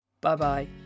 Bye-bye